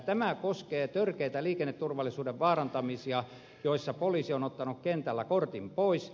tämä koskee törkeitä liikenneturvallisuuden vaarantamisia joissa poliisi on ottanut kentällä kortin pois